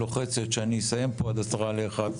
לוחצת שאני אסיים פה עד 10:50,